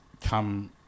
come